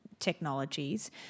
technologies